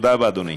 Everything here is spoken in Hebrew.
תודה רבה, אדוני.